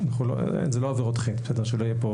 אלה לא עבירות חטא.